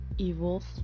Evolve